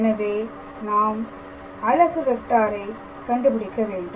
எனவே நாம் அலகு வெக்டாரை கண்டுபிடிக்க வேண்டும்